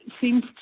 seems